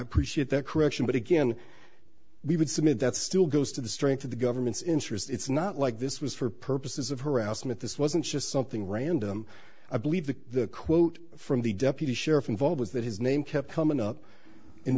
appreciate that correction but again we would submit that still goes to the strength of the government's interest it's not like this was for perp this is of harassment this wasn't just something random i believe the quote from the deputy sheriff involved was that his name kept coming up in